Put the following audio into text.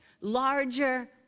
larger